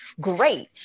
Great